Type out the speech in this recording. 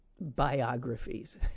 biographies